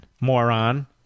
Moron